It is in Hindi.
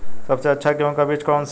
सबसे अच्छा गेहूँ का बीज कौन सा है?